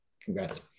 Congrats